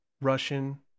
Russian